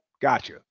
Gotcha